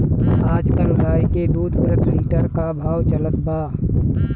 आज कल गाय के दूध प्रति लीटर का भाव चलत बा?